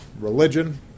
religion